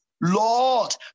Lord